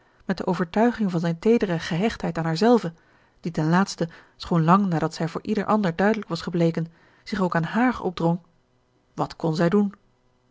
met de overtuiging van zijne teedere gehechtheid aan haarzelve die ten laatste schoon lang nadat zij voor ieder ander duidelijk was gebleken zich ook aan haar opdrong wat kon zij doen